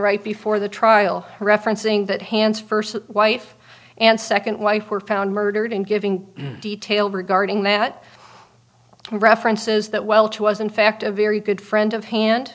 right before the trial referencing that hands first wife and second wife were found murdered and giving details regarding that references that welch was in fact a very good friend of hand